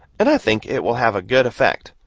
and i think it will have a good effect.